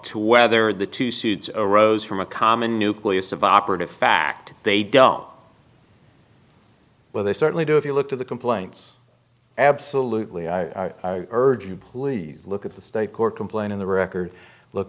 to whether the two suits arose from a common nucleus of operative fact they don't well they certainly do if you look to the complaints absolutely i urge you please look at the state court complaint in the record look